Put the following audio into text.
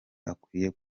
akwiye